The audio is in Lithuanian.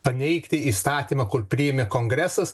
paneigti įstatymą kur priėmė kongresas